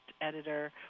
editor